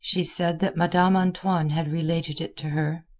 she said that madame antoine had related it to her.